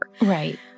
Right